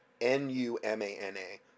N-U-M-A-N-A